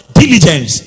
diligence